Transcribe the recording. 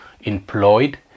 employed